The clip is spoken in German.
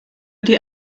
die